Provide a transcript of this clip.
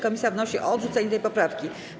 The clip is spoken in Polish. Komisja wnosi o odrzucenie tej poprawki.